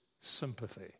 sympathy